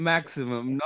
Maximum